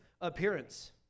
appearance